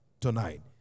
tonight